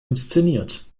inszeniert